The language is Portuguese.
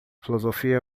filosofia